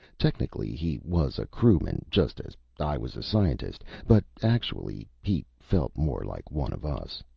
technically, he was a crewman, just as i was a scientist but actually, he felt more like one of us.